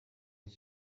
ich